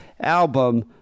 album